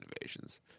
innovations